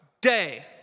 Day